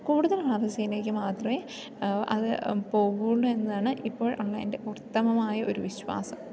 കൂടുതൽ മാത്രമേ അത് പോകുകയുള്ളൂ എന്നതാണ് ഇപ്പോൾ ഉള്ള എൻ്റെ ഉത്തമമായ ഒരു വിശ്വാസം